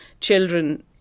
children